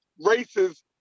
races